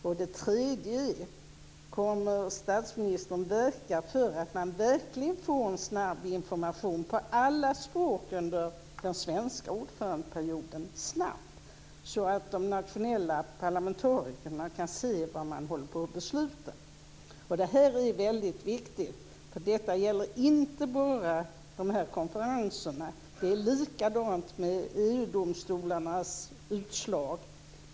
För det tredje: Kommer statsministern att verka för att man får en snabb information på alla språk under den svenska ordförandeperioden, så att de nationella parlamentarikerna kan se vad man beslutar? Det är väldigt viktigt. Det gäller inte bara konferenserna. Det är likadant med EU-domstolarnas utslag.